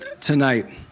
tonight